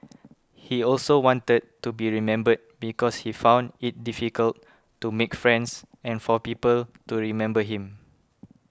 he also wanted to be remembered because he found it difficult to make friends and for people to remember him